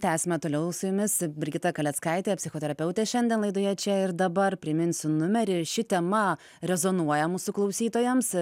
tęsiame toliau su jumis brigita kaleckaitė psichoterapeutė šiandien laidoje čia ir dabar priminsiu numerį ši tema rezonuoja mūsų klausytojams